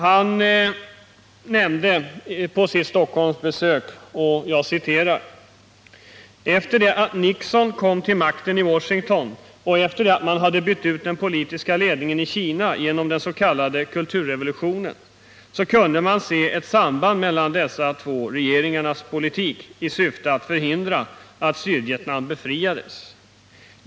Han nämnde bl.a. följande vid sitt Stockholmsbesök: ”Efter det att Nixon kom till makten i Washington och efter det att man hade bytt ut den politiska ledningen i Kina genom den s k kulturrevolutionen så kunde man se ett samband mellan de två regeringarnas politik i syfte att förhindra att Sydvietnam befriades.